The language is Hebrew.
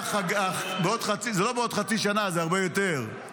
זה לא בעוד חצי שנה, זה הרבה יותר,